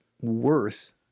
worth